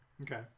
Okay